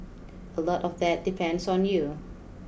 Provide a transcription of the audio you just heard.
a lot of that depends on you